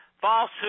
falsehood